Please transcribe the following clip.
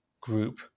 group